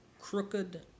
Crooked